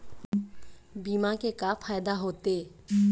बीमा के का फायदा होते?